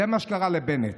זה מה שקרה לבנט.